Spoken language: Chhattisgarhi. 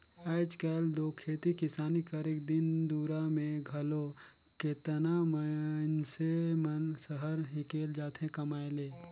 आएज काएल दो खेती किसानी करेक दिन दुरा में घलो केतना मइनसे मन सहर हिंकेल जाथें कमाए ले